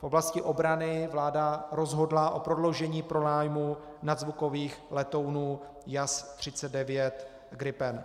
V oblasti obrany vláda rozhodla o prodloužení pronájmu nadzvukových letounů JAS39 Gripen.